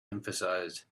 emphasized